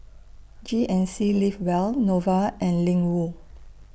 G N C Live Well Nova and Ling Wu